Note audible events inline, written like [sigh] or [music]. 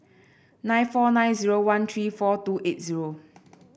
nine four nine zero one three four two eight zero [noise]